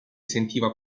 sentiva